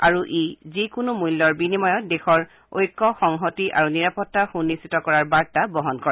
আৰু ই যিকোনো মূল্যৰ বিনিময়ত দেশৰ ঐক্য সংহতি আৰু নিৰাপত্তা সুনিশ্চিত কৰাৰ বাৰ্তা বহন কৰে